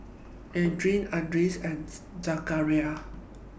Aryan Idris and Zakaria